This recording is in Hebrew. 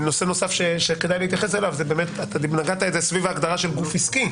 אתה נגעת סביב ההגדרה של חשבון עסקי,